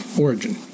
origin